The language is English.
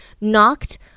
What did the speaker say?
Knocked